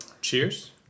cheers